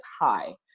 high